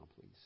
please